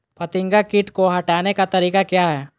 फतिंगा किट को हटाने का तरीका क्या है?